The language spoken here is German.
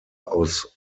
aus